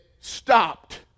stopped